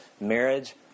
Marriage